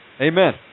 Amen